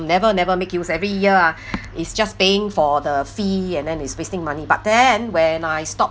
never never make use every year ah it's just paying for the fee and then is wasting money but then when I stop